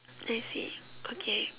let's say okay